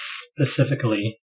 specifically